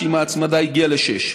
שעם ההצמדה הגיעה ל-6.